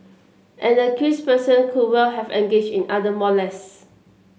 an accused person could well have engaged in other molest